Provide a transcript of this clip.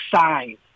sign